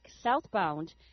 southbound